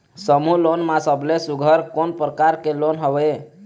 समूह लोन मा सबले सुघ्घर कोन प्रकार के लोन हवेए?